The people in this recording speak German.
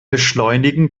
beschleunigen